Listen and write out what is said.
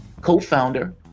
co-founder